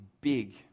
big